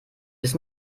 bis